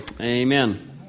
Amen